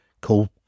called